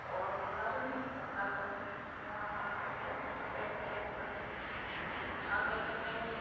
ᱚᱲᱜᱚᱫᱟ ᱨᱤᱱᱤᱡ ᱵᱚᱸᱜᱟ ᱫᱚ ᱱᱚᱣᱟ ᱵᱟᱸᱫᱽ ᱨᱮᱠᱚᱭ ᱡᱚᱵᱮ ᱦᱚᱴᱚ ᱠᱟᱫᱮᱭᱟ ᱟᱫᱚ ᱛᱟᱦᱚᱞᱮ